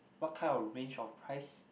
what kind of range of price